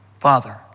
Father